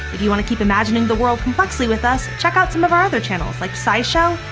if you wanna keep imagining the world complexly with us, check out some of our other channels like scishow,